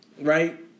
right